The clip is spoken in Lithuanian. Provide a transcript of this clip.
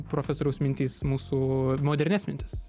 profesoriaus mintys mūsų modernias mintis